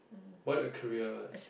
what are your career